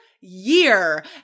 year